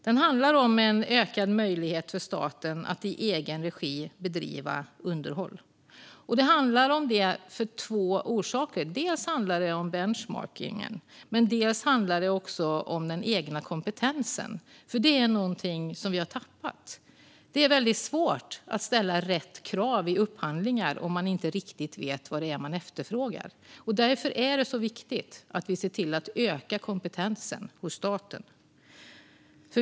Den handlar om ökad möjlighet för staten att bedriva underhåll i egen regi, och det gör den av två orsaker: dels benchmarking, dels den egna kompetensen. Kompetens är något som vi har tappat. Det är väldigt svårt att ställa rätt krav i upphandlingar om man inte riktigt vet vad det är man efterfrågar. Därför är det viktigt att vi ser till att öka kompetensen hos staten.